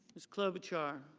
ms. clover chart.